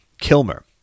Kilmer